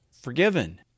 forgiven